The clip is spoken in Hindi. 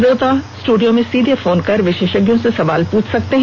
श्रोता स्टूडियो में सीधे फोन कर विशेषज्ञों से सवाल पूछ सकते हैं